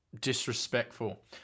disrespectful